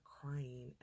crying